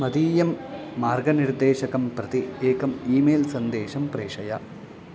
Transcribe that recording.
मदीयं मार्गनिर्देशकं प्रति एकम् ईमेल् सन्देशं प्रेषय